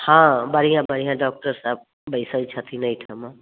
हाँ बढ़िआँ बढ़िआँ डॉक्टर सभ बैसैत छथिन एहिठमा